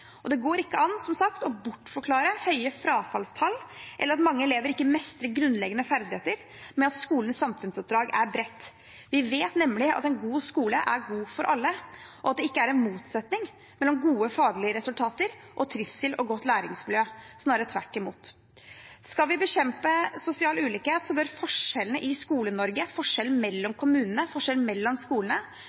Og det går ikke an, som sagt, å bortforklare høye frafallstall eller at mange elever ikke mestrer grunnleggende ferdigheter, med at skolens samfunnsoppdrag er bredt. Vi vet nemlig at en god skole er god for alle, og at det ikke er en motsetning mellom gode faglige resultater og trivsel og godt læringsmiljø – snarere tvert imot. Skal vi bekjempe sosial ulikhet, bør forskjellene i Skole-Norge, forskjellen mellom kommunene, forskjellen mellom skolene,